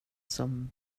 som